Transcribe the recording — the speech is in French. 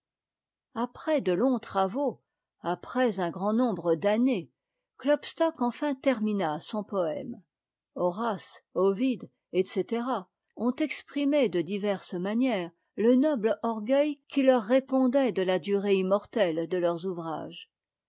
après de longs travaux après un grand nombre d'années klopstock enfin termina son poëme horace ovide etc ont exprimé de diverses manières le noble orgueil qui leur répondait de la durée immortelle de leurs ouvrages